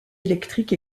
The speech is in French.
électrique